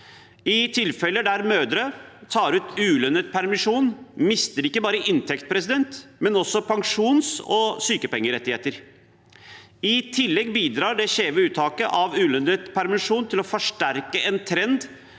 I tilfeller der mødre tar ut ulønnet permisjon, mister de ikke bare inntekt, men også pensjons- og sykepengerettigheter. I tillegg bidrar det skjeve uttaket av ulønnet permisjon til å forsterke en trend